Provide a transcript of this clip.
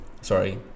sorry